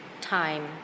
time